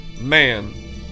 man